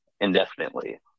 indefinitely